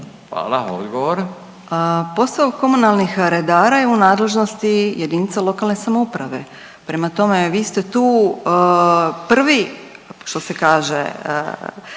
**Magaš, Dunja** Posao komunalnih redara je u nadležnosti jedinica lokalne samouprave, prema tome vi ste tu prvi što se kaže